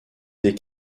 des